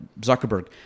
Zuckerberg